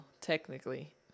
technically